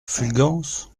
fulgence